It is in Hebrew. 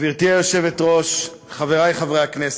גברתי היושבת-ראש, חברי חברי הכנסת,